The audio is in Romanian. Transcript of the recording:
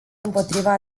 împotriva